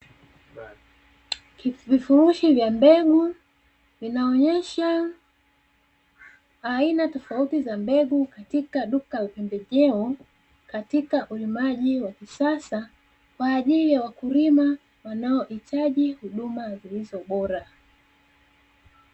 Vifurushi vya mbegu vinaonyesha aina tofauti za mbegu katika duka la pembejeo, katika ulimaji wa kisasa kwajili ya wakulima wanao hitaji huduma zilizo bora.